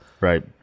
Right